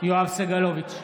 יואב סגלוביץ'